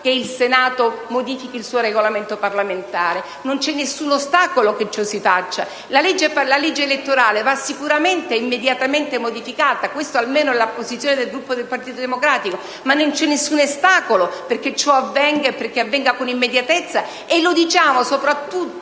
che il Senato modifichi il proprio Regolamento: non c'è alcun ostacolo a che ciò si faccia. La stessa legge elettorale va sicuramente ed immediatamente modificata - questa almeno è la posizione del Gruppo del Partito Democratico - ma non c'è alcun ostacolo affinché ciò avvenga, e avvenga con immediatezza, e lo diciamo soprattutto